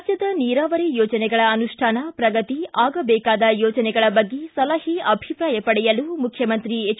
ರಾಜ್ಯದ ನೀರಾವರಿ ಯೋಜನೆಗಳ ಅನುಷ್ಠಾನ ಪ್ರಗತಿ ಆಗಬೇಕಾದ ಯೋಜನೆಗಳ ಬಗ್ಗೆ ಸಲಹೆ ಅಭಿಪ್ರಾಯ ಪಡೆಯಲು ಮುಖ್ಯಮಂತ್ರಿ ಎಚ್